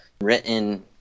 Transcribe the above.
written